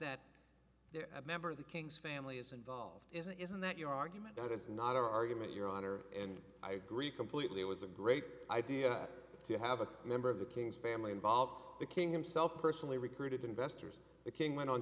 that a member of the king's family is involved isn't isn't that your argument that it's not our argument your honor and i agree completely it was a great idea to have a member of the king's family involved the king himself personally recruited investors the king went on